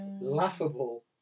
laughable